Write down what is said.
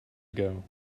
ago